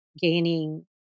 gaining